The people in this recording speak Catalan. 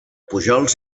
pujols